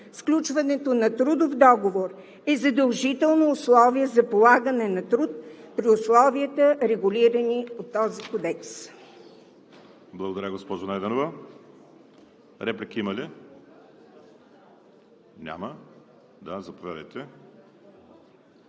„Сключването на трудов договор е задължително условие за полагане на труд при условията, регулирани по този кодекс.“